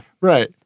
Right